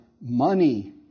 money